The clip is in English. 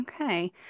Okay